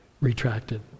retracted